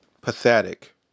Pathetic